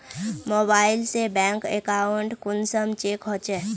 Mobile से bank account कुंसम check होचे?